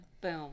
boom